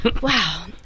Wow